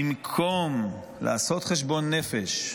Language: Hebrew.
במקום לעשות חשבון נפש,